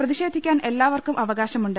പ്രതിഷേധിക്കാൻ എല്ലാവർക്കും അവകാശമുണ്ട്